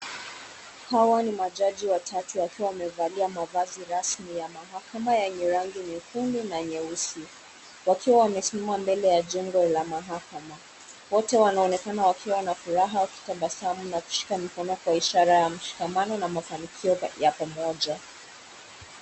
Hawa ni majaji watatu wakiwa wamevalia mazazi rasmi ya mahakama yenye rangi nyekundu na nyeusi, wakiwa wamesimama mbele ya jengo la mahakama. Wote wanaonekena wakiwa na furaha, kutabasamu na kushikana mikono kwa ishara ya mshikamano na pamoja.